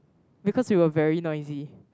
because we were very noisy